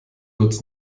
lutz